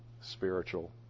spiritual